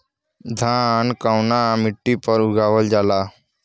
धान कवना मिट्टी पर उगावल जाला?